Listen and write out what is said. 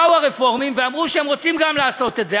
באו הרפורמים ואמרו שהם רוצים גם לעשות את זה.